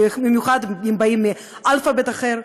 במיוחד אם באים מאל"ף-בי"ת אחר.